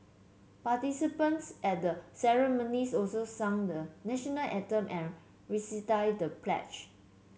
participants at the ceremonies also sang the National Anthem and recited the pledge